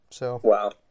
Wow